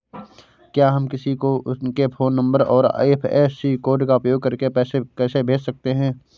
क्या हम किसी को उनके फोन नंबर और आई.एफ.एस.सी कोड का उपयोग करके पैसे कैसे भेज सकते हैं?